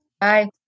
Bye